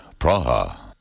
Praha